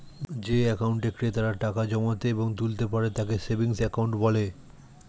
যে অ্যাকাউন্টে ক্রেতারা টাকা জমাতে এবং তুলতে পারে তাকে সেভিংস অ্যাকাউন্ট বলে